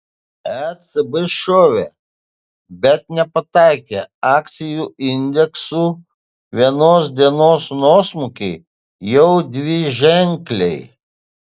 ecb šovė bet nepataikė akcijų indeksų vienos dienos nuosmukiai jau dviženkliai